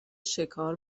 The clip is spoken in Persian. شکار